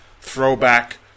throwback